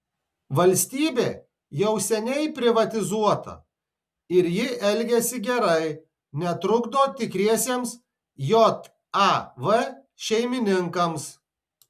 valstybė jau seniai privatizuota ir ji elgiasi gerai netrukdo tikriesiems jav šeimininkams